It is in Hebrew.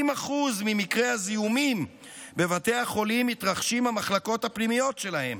60% ממקרי הזיהומים בבתי החולים מתרחשים במחלקות הפנימיות שלהם,